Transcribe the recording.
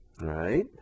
right